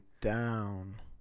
down